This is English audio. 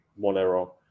Monero